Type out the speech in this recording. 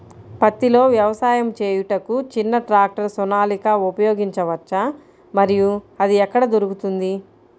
పత్తిలో వ్యవసాయము చేయుటకు చిన్న ట్రాక్టర్ సోనాలిక ఉపయోగించవచ్చా మరియు అది ఎక్కడ దొరుకుతుంది?